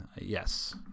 Yes